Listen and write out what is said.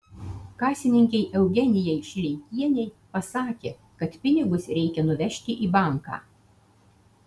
kasininkei eugenijai šileikienei pasakė kad pinigus reikia nuvežti į banką